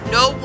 no